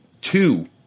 two